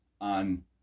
on